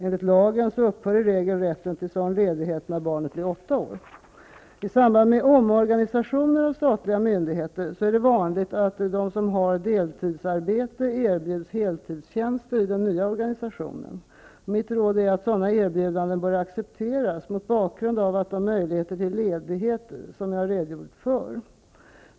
Enligt lagen upphör i regel rätten till sådan ledighet då barnet blir åtta år. I samband med omorganisationer av statliga myndigheter är det vanligt att de som har deltidsarbete erbjuds heltidstjänster i den nya organisationen. Mitt råd är att sådana erbjudanden bör accepteras mot bakgrund av de möjligheter till ledighet, som jag har redogjort för.